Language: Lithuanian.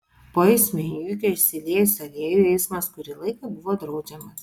po eismo įvykio išsiliejus aliejui eismas kurį laiką buvo draudžiamas